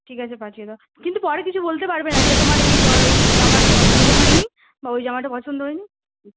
ঠিক আছে পাঠিয়ে দাও কিন্তু পরে কিছু বলতে পারবে না যে তোমার এই জামা পছন্দ হয়নি বা ওই জামাটা পছন্দ হয়নি